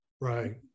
right